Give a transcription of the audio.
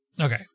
Okay